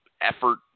effort